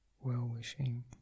well-wishing